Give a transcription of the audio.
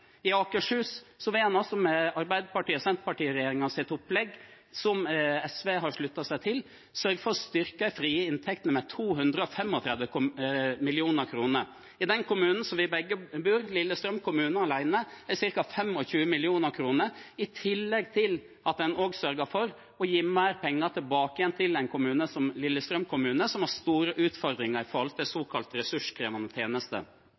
I Akershus vil en altså med Arbeiderparti–Senterparti-regjeringens opplegg, som SV har sluttet seg til, sørge for å styrke de frie inntektene med 235 mill. kr. I den kommunen vi begge bor i, Lillestrøm kommune, utgjør det alene ca. 25 mill. kr, i tillegg til at en også sørger for å gi mer penger tilbake igjen til en kommune som Lillestrøm kommune, som har store utfordringer